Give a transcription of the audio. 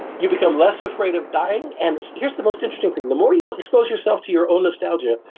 you become less afraid of dying, and here's the most interesting thing. the more you expose yourself to your own nostalgia,